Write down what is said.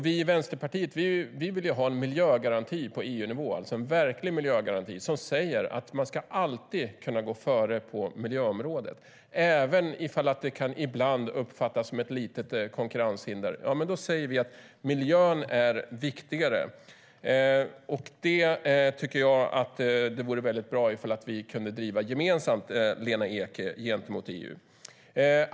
Vi i Vänsterpartiet vill ha en miljögaranti på EU-nivå, alltså en verklig miljögaranti som säger att man alltid ska kunna gå före på miljöområdet, även om det ibland kan uppfattas som ett litet konkurrenshinder. Då säger vi att miljön är viktigare. Det vore bra ifall vi kunde driva det gemensamt, Lena Ek, gentemot EU.